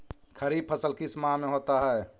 खरिफ फसल किस माह में होता है?